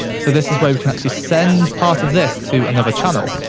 so, this is where we can actually send part of this to another channel.